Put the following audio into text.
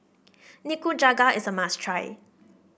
Nikujaga is a must try